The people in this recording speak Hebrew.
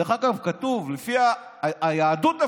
דרך אגב, לפי היהדות לפחות,